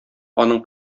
аның